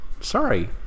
Sorry